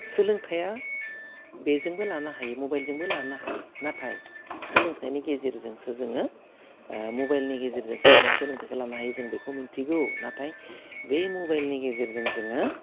सोलोंथाइया बेजोंबो लानो हायो मबेलजोंबो लानो हायो नाथाय सोलोंथाइनि गेजेरजोंसो जोङो ओह मबाइलनि गेजेरजोंसो जों सोलोंथाइखौ लानो हायो जों बेखौ मिनथिगौ नाथाय बे मबेलनि गेजेरजों जोङो